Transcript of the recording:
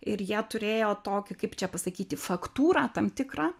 ir jie turėjo tokį kaip čia pasakyti faktūrą tam tikrą